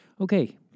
Okay